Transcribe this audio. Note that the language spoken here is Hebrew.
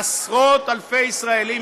עשרות אלפי ישראלים,